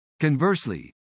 Conversely